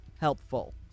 helpful